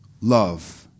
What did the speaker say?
love